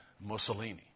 Mussolini